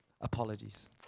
Apologies